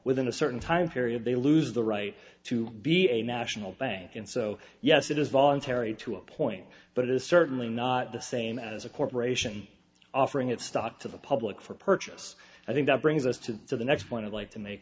within a certain time period they lose the right to be a national bank and so yes it is voluntary to a point but it is certainly not the same as a corporation offering its stock to the public for purchase i think that brings us to the next point i'd like to make